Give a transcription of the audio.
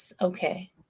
okay